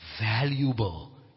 valuable